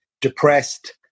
depressed